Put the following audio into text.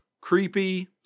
creepy